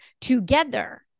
together